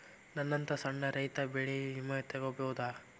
ನನ್ನಂತಾ ಸಣ್ಣ ರೈತ ಬೆಳಿ ವಿಮೆ ತೊಗೊಬೋದ?